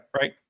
Right